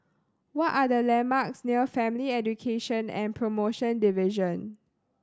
what are the landmarks near Family Education and Promotion Division